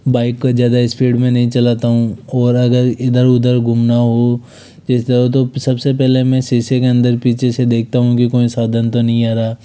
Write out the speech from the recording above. bike को ज़्यादा speed में नही चलाता हूँ और अगर इधर उधर घुमना हो जिस तो सबसे पहले मैं शीशे के अन्दर पीछे से देखता हूँ कि कोई साधन तो नहीं आ रहा